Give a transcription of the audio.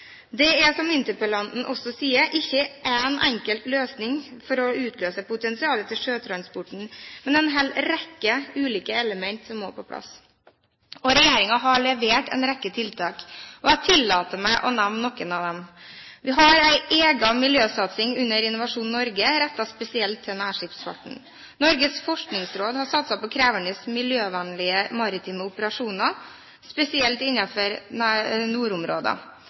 Det er – som også interpellanten sier – ikke én enkelt løsning for å utløse potensialet til sjøtransporten, men en hel rekke ulike elementer som må på plass. Og regjeringen har levert en rekke tiltak. Jeg tillater meg å nevne noen av dem: Vi har en egen miljøsatsing under Innovasjon Norge rettet spesielt mot nærskipsfarten. Norges forskningsråd har satset på krevende miljøvennlige maritime operasjoner, spesielt